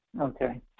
Okay